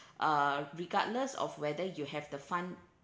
uh regardless of whether you have the fund